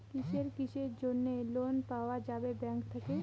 কিসের কিসের জন্যে লোন পাওয়া যাবে ব্যাংক থাকি?